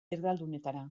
erdaldunetara